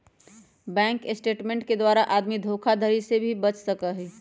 bank statement के द्वारा आदमी धोखाधडी से भी बच सका हई